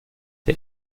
der